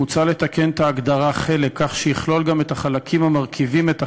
מוצע לתקן את ההגדרה "חלק" כך שתכלול גם את החלקים המרכיבים את החלק,